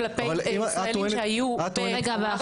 רגע,